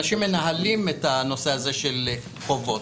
אנשים מנהלים את הנושא הזה של חובות.